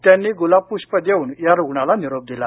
त्यांनी गुलाबपुष्प देऊन या रुग्णाला निरोप दिला